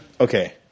Okay